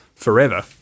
Forever